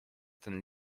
ten